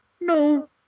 No